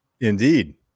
Indeed